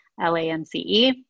L-A-N-C-E